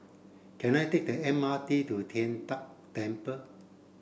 can I take the M R T to Tian De Temple